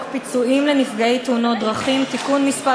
פיצויים לנפגעי תאונות דרכים (תיקון מס'